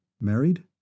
Married